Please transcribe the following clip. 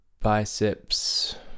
biceps